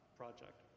project